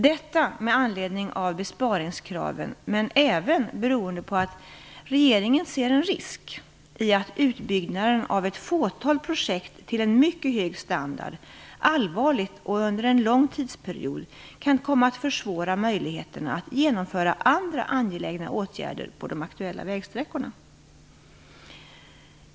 Detta med anledning av besparingskraven men även beroende på att regeringen ser en risk i att utbyggnaden av ett fåtal projekt till mycket hög standard allvarligt och under en lång tidsperiod kan komma att försvåra möjligheterna att genomföra andra angelägna åtgärder på de aktuella vägsträckorna.